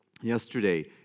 yesterday